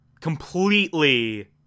completely